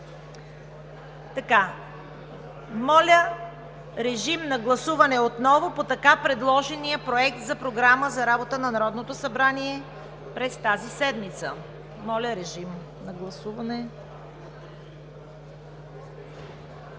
Моля, режим на гласуване отново по така предложения Проект на програма за работата на Народното събрание през тази седмица. Всички успяха ли да гласуват,